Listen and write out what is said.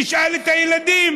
תשאל את הילדים.